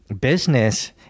business